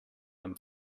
them